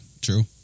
true